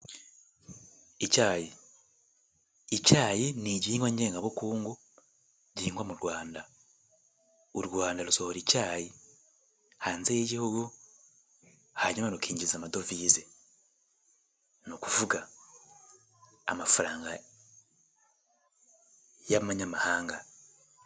Icyayi, icyayi ni igihingwa ngengabukungu gihingwa mu Rwanda. U Rwanda rusohora icyayi hanze y'Igihugu hanyuma rukinjiza amadovize. Ni ukuvuga amafaranga y'amanyamahanga.